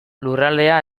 lurraldea